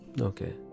Okay